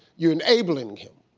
you're enabling him.